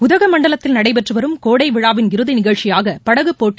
உதகமண்டலத்தில் நடைபெற்று வரும் கோடை விழாவின் இறதி நிகழ்ச்சியாக படகு போட்டி